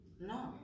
No